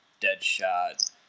Deadshot